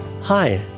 Hi